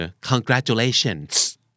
Congratulations